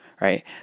right